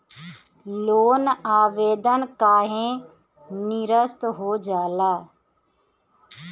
Loan आवेदन काहे नीरस्त हो जाला?